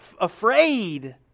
afraid